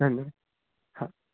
धन्य हां